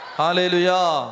hallelujah